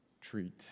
treat